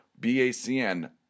BACN